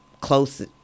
close